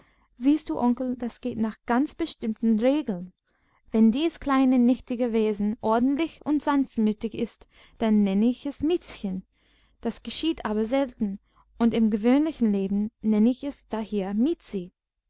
siehst du onkel das geht nach ganz bestimmten regeln wenn dies kleine nichtige wesen ordentlich und sanftmütig ist dann nenn ich es miezchen das geschieht aber selten und im gewöhnlichen leben nenn ich es daher miezi